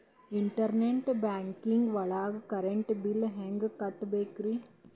Internet banking ಒಳಗ್ current bill ಹೆಂಗ್ ಕಟ್ಟ್ ಬೇಕ್ರಿ?